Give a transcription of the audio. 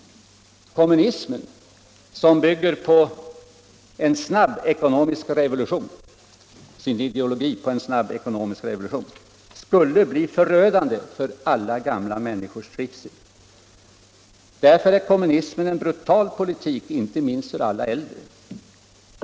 Kommunismen, som bygger sin ideologi på en snabb ekonomisk revolution, skulle bli förödande för alla gamla människors trivsel. Därför är kommunismen en brutal politik inte minst för alla äldre.